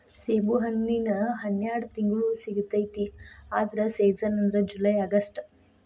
ಸೇಬುಹಣ್ಣಿನ ಹನ್ಯಾಡ ತಿಂಗ್ಳು ಸಿಗತೈತಿ ಆದ್ರ ಸೇಜನ್ ಅಂದ್ರ ಜುಲೈ ಅಗಸ್ಟ